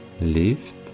Lift